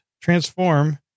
transform